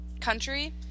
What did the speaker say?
country